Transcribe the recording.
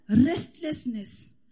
Restlessness